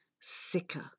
sicker